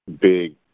big